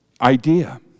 idea